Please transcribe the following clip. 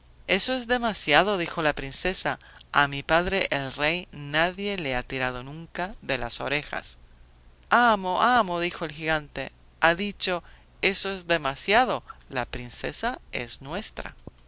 eso es demasiado dijo la princesa a mi padre el rey nadie le ha tirado nunca de las orejas amo amo dijo el gigante ha dicho eso es demasiado la princesa es nuestra